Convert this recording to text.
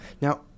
Now